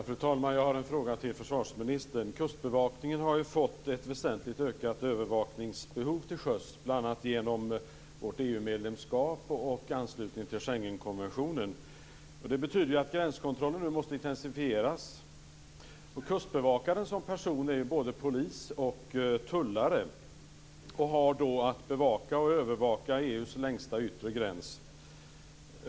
Fru talman! Jag har en fråga till försvarsministern. Kustbevakningen har ju fått ett väsentligt ökat övervakningsbehov till sjöss, bl.a. genom vårt EU medlemskap och i anslutning till Schengenkonventionen. Det betyder att gränskontrollen nu måste intensifieras. Kustbevakaren som person är både polis och tullare och har att bevaka och övervaka EU:s längsta yttre gräns.